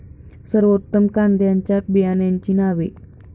सर्वोत्तम कांद्यांच्या बियाण्यांची नावे?